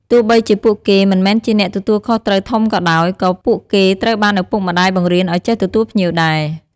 ទោះបីជាពួកគេមិនមែនជាអ្នកទទួលខុសត្រូវធំក៏ដោយ ក៏ពួកគេត្រូវបានឪពុកម្តាយបង្រៀនឲ្យចេះទទួលភ្ញៀវដែរ។